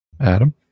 Adam